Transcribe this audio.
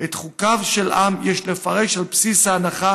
את חוקיו של עם יש לפרש על בסיס ההנחה